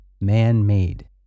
man-made